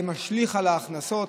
זה משליך על ההכנסות,